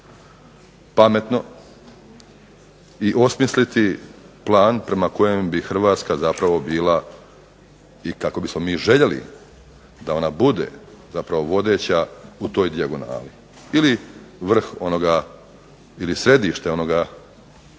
pametno i osmisliti plan prema kojem bi Hrvatska zapravo bila i kako bismo mi željeli da ona bude zapravo vodeća u toj dijagonali, bili vrh ili središte onoga